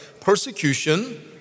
Persecution